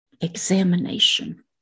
examination